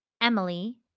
Emily